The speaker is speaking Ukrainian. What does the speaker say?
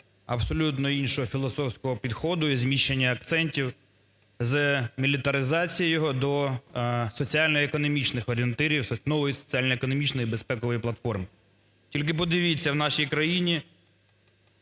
абсолютно іншого філософського підходу і зміщення акцентів з мілітаризації його до соціально-економічних орієнтирів, нової соціально-економічної безпекової платформи. Тільки подивіться, в нашій країні